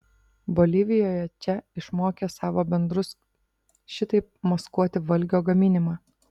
bolivijoje če išmokė savo bendrus šitaip maskuoti valgio gaminimą